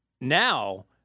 Now